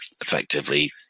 effectively